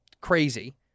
crazy